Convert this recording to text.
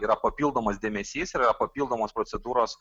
yra papildomas dėmesys yra papildomos procedūros